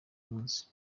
munsi